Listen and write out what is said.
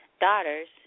daughters